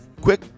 quick